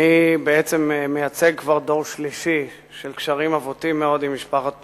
אני בעצם מייצג כבר דור שלישי של קשרים עבותים מאוד עם משפחת פרוש,